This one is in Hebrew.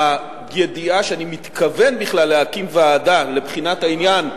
הידיעה שאני מתכוון בכלל להקים ועדה לבחינת העניין,